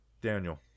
Daniel